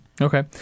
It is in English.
okay